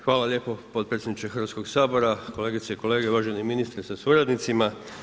Hvala lijepo potpredsjedniče Hrvatskog sabora, kolegice i kolege, uvaženi ministre sa suradnicima.